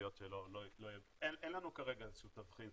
אין לנו כרגע איזה שהוא תבחין,